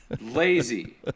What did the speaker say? Lazy